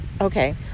Okay